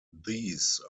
these